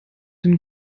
den